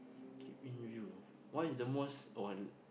keep in view what is the most all